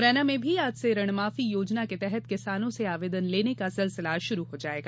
मुरैना में भी आज से ऋणमाफी योजना के तहत किसानों से आवेदन लेने का सिलसिला शुरू हो जायेगा